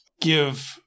give